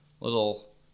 little